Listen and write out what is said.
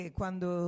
quando